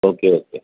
okay okay